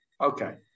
Okay